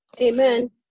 amen